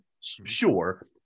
sure